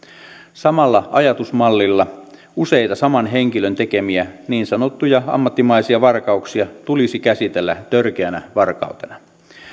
samalla ajatusmallilla useita saman henkilön tekemiä niin sanottuja ammattimaisia varkauksia tulisi käsitellä törkeänä varkautena